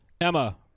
Emma